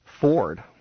Ford